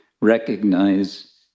recognize